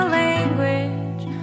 language